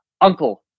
uncle